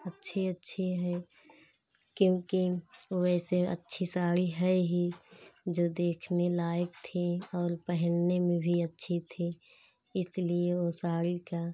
अच्छी अच्छी हैं क्योंकि वैसे अच्छी साड़ी है ही जो देखने लायक़ थी और पहनने में भी अच्छी थी इसलिए वो साड़ी का